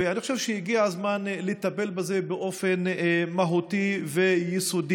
ואני חושב שהגיע הזמן לטפל בזה באופן מהותי ויסודי,